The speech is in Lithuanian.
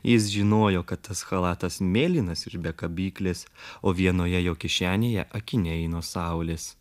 jis žinojo kad tas chalatas mėlynas ir be kabyklės o vienoje jo kišenėje akiniai nuo saulės